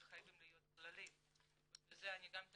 גם שם צריכים או אמורים וחייבים להיות כללים ובזה אני גם כן